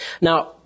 Now